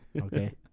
Okay